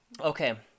Okay